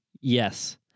Yes